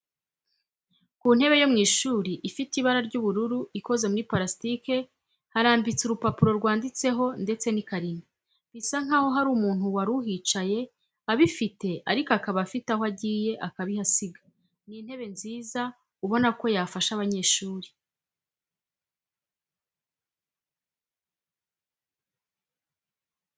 Ku ntebe yo mu ishuri ifite ibara ry'ubururu, ikoze muri purasitike harambitse urupapuro rwanditseho ndetse n'ikarine. Bisa nkaho hari umuntu wari uhicaye abifite ariko akaba afite aho agiye akabihasiga. Ni intebe nziza ubona ko yafasha abanyeshuri.